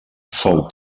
fou